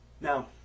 Now